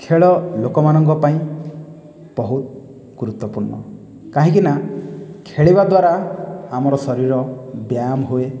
ଖେଳ ଲୋକମାନଙ୍କ ପାଇଁ ବହୁତ ଗୁରୁତ୍ୱପୂର୍ଣ୍ଣ କାହିଁକିନା ଖେଳିବା ଦ୍ୱାରା ଆମର ଶରୀର ବ୍ୟାୟାମ ହୁଏ